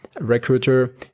recruiter